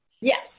Yes